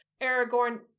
Aragorn